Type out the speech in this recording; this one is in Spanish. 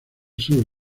sur